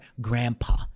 grandpa